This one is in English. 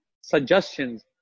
suggestions